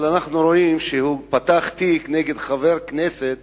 אבל אנחנו רואים שהוא פתח תיק נגד חבר כנסת,